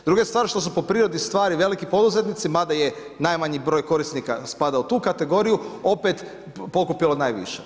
Druga je stvar što su po prirodi stvari veliki poduzetnici, mada je najmanji broj korisnika spada u tu kategoriju opet pokupilo najviše.